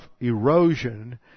erosion